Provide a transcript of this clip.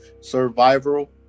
survival